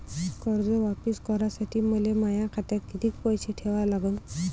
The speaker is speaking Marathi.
कर्ज वापिस करासाठी मले माया खात्यात कितीक पैसे ठेवा लागन?